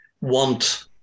want